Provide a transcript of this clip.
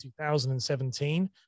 2017